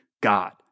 God